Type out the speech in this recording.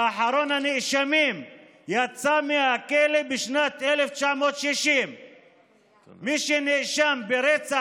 ואחרון הנאשמים יצא מהכלא בשנת 1960. מי שנאשם ברצח